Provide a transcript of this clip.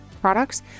products